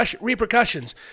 repercussions